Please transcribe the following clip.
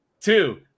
two